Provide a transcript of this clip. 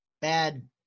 bad